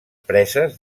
preses